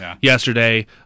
Yesterday